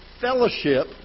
fellowship